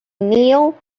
kneel